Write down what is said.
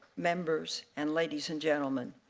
members and ladies and gentlemen,